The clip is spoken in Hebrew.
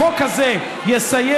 החוק הזה יסייע,